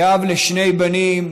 כאב לשני בנים